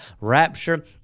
rapture